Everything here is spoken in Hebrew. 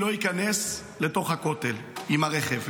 אתיופי, לא ייכנס לתוך הכותל עם הרכב.